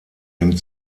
nimmt